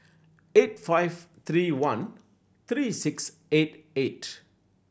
eight five three one three six eight eight